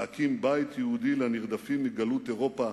להקים בית יהודי לנרדפים מגלות אירופה